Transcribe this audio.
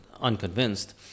unconvinced